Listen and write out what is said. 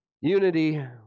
Unity